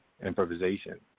improvisation